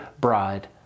bride